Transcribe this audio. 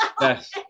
Yes